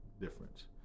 difference